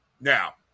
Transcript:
Now